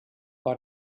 war